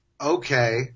okay